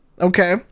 Okay